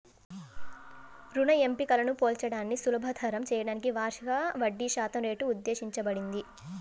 రుణ ఎంపికలను పోల్చడాన్ని సులభతరం చేయడానికి వార్షిక వడ్డీశాతం రేటు ఉద్దేశించబడింది